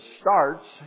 starts